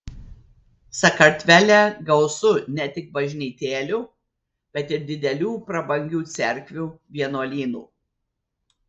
sakartvele gausu ne tik bažnytėlių bet ir didelių prabangių cerkvių vienuolynų